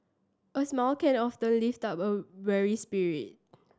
a smile can often lift up a weary spirit